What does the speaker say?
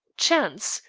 chance!